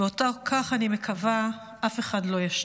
ואותו, כך אני מקווה, אף אחד לא ישתיק.